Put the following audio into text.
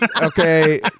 okay